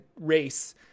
race